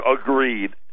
agreed